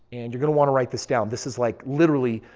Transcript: and you're going to want to write this down. this is like literally,